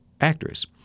Actress